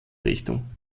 richtung